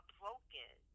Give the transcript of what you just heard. broken